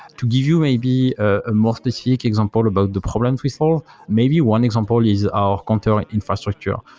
to give you maybe a more specific example about the problems we solve, maybe one example is our counting infrastructure.